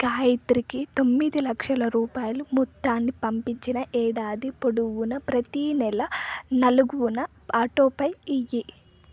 గాయత్రికి తొమ్మిది లక్షల రూపాయలు మొత్తాన్ని పంపించిన ఏడాది పొడవునా ప్రతీ నెల నాలుగున ఆటోపై ఇయ్యి